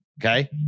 okay